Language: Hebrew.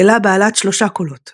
מקהלה בעלת שלושה קולות